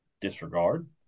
Disregard